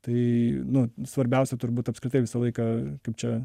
tai nu svarbiausia turbūt apskritai visą laiką kaip čia